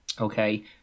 okay